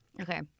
Okay